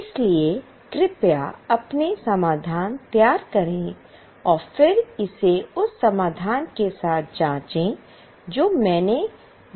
इसलिए कृपया पहले समाधान तैयार करें और फिर इसे उस समाधान के साथ जांचें जो मैं दिखाने जा रहा हूं